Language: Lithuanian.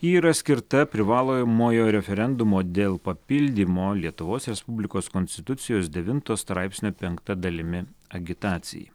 ji yra skirta privalomojo referendumo dėl papildymo lietuvos respublikos konstitucijos devinto straipsnio penkta dalimi agitacijai